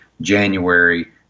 January